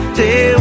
day